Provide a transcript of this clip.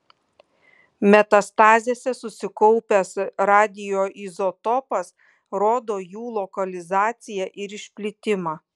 metastazėse susikaupęs radioizotopas rodo jų lokalizaciją ir išplitimą